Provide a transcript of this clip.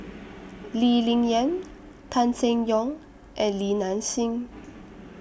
Lee Ling Yen Tan Seng Yong and Li Nanxing